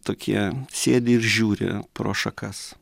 tokie sėdi ir žiūri pro šakas